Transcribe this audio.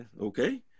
okay